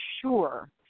sure